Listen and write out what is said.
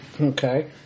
Okay